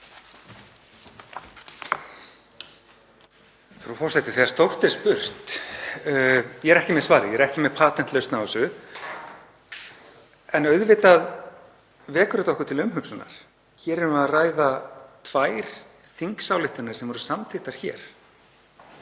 Frú forseti. Stórt er spurt. Ég er ekki með svarið, ég er ekki með patentlausn á þessu en auðvitað vekur þetta okkur til umhugsunar. Hér erum við að ræða tvær þingsályktanir sem voru samþykktar.